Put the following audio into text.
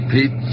Pete